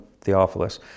Theophilus